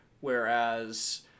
whereas